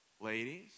Ladies